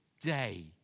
day